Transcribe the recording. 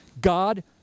God